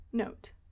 Note